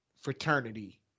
fraternity